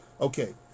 Okay